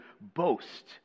boast